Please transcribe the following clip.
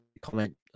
comment